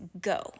go